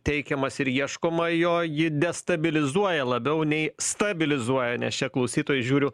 teikiamas ir ieškoma jo ji destabilizuoja labiau nei stabilizuoja nes čia klausytojai žiūriu